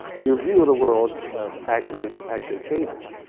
you're view of the world actually actually changes.